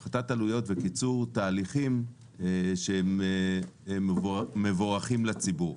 הפחתת עלויות וקיצור תהליכים שהם מבורכים לציבור.